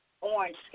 orange